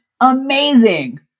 amazing